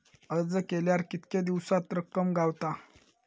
अर्ज केल्यार कीतके दिवसात रक्कम गावता?